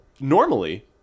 Normally